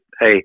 hey